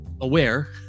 aware